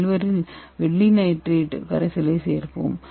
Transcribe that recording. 67 வெள்ளி நைட்ரேட் கரைசலை சேர்ப்போம்